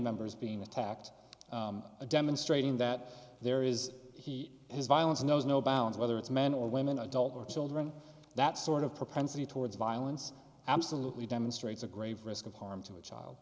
members being attacked demonstrating that there is he has violence knows no bounds whether it's men or women adults or children that sort of propensity towards violence absolutely demonstrates a grave risk of harm to a child